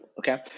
Okay